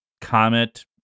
comet